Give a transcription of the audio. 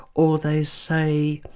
or they say,